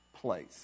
place